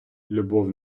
любов